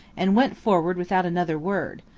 and went forward without another word,